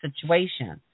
situation